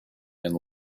and